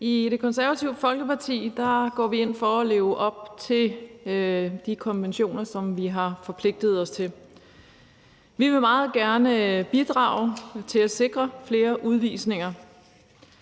I Det Konservative Folkeparti går vi ind for at leve op til de konventioner, som vi har forpligtet os til. Vi vil meget gerne bidrage til at sikre flere udvisninger.